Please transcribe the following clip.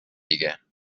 دیگه